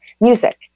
music